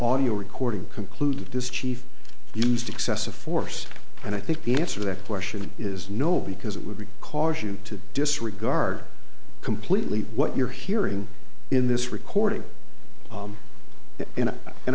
audio recording conclude this chief used excessive force and i think the answer that question is no because it would cause you to disregard completely what you're hearing in this recording and and